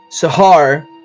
Sahar